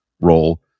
role